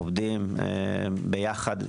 עובדים ביחד,